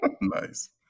Nice